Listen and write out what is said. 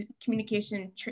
communication